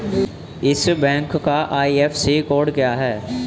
इस बैंक का IFSC code क्या है?